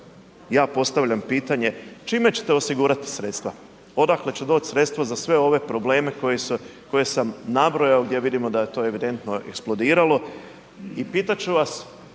ja postavljam pitanje, čime ćete osigurati sredstva, odakle će doć sredstva za sve ove probleme koje sam nabrojao gdje vidimo da je to evidentno eksplodiralo? I pitat ću vas